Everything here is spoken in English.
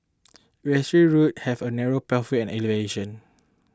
yesterday route had a lot of narrow pathway and elevation